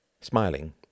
Smiling